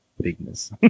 bigness